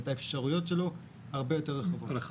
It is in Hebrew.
זאת אומרת, האפשרויות שלו הרבה יותר רחבות.